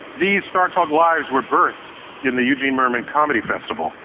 these startalk lives were birthed in the eugene mirman comedy festival.